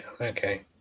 okay